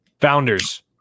Founders